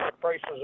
prices